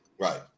Right